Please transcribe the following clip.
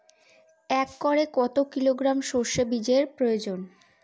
একরে কত কিলোগ্রাম হলুদ সরষে বীজের প্রয়োজন?